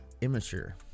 immature